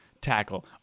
tackle